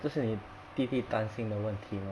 这是你弟弟担心的问题吗